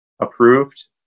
approved